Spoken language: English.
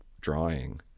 drawing